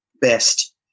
best